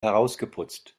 herausgeputzt